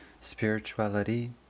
spirituality